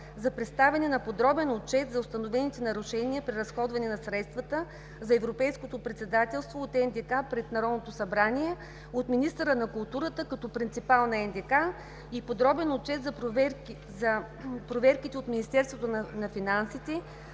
за представяне на подробен отчет за установените нарушения при разходване на средствата за европейското председателство от НДК пред Народното събрание от министъра на културата, като принципал на НДК, и подробен отчет за проверките от Министерството на финансите,